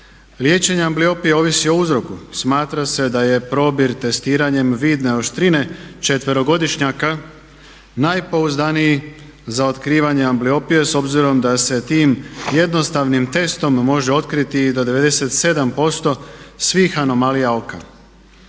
Liječenje ambliopije ovisi o uzroku. Smatra se da je probir testiranjem vidne oštrine četverogodišnjaka najpouzdaniji za otkrivanje ambliopije s obzirom da se tim jednostavnim testom može otkriti i do 97% svih anomalija oka.